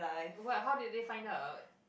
what how did they find out